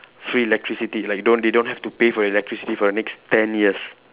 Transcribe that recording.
free electricity like don't they don't have to pay for electricity for the next ten years